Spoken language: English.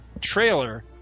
trailer